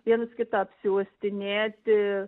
vienas kitą apsiuostinėti